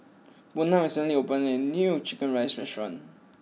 Buna recently opened a new Chicken Rice restaurant